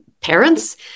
parents